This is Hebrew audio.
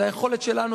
זאת היכולת שלנו,